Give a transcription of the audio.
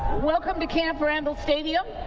welcome to camp randall stadium,